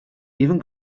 even